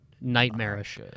nightmarish